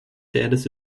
tijdens